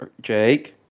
Jake